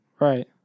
Right